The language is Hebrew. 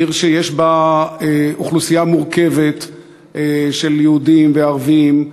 עיר שיש בה אוכלוסייה מורכבת של יהודים וערבים,